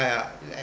I uh